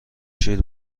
شیر